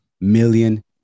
million